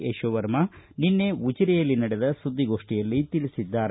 ಯಶೋವರ್ಮ ನಿನ್ನೆ ಉಜಿರೆಯಲ್ಲಿ ನಡೆದ ಸುದ್ದಿಗೋಷ್ಠಿಯಲ್ಲಿ ತಿಳಿಸಿದ್ದಾರೆ